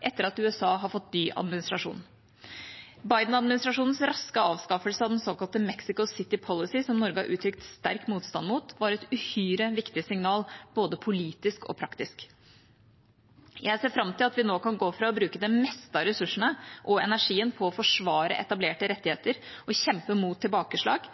etter at USA fikk ny administrasjon. Biden-administrasjonens raske avskaffelse av den såkalte Mexico City policy, som Norge har uttrykt sterk motstand mot, var et uhyre viktig signal både politisk og praktisk. Jeg ser fram til at vi nå kan gå fra å bruke det meste av ressursene og energien på å forsvare etablerte rettigheter og kjempe mot tilbakeslag